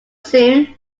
soon